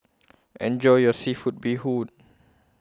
Enjoy your Seafood Bee Hoon